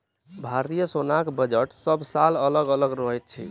भारतीय सेनाक बजट सभ साल अलग अलग रहैत अछि